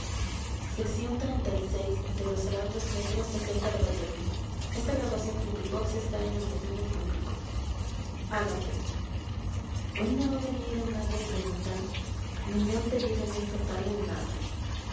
hoy no ha venido nadie a preguntar ni me han pedido en esta tarde nada